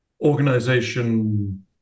organization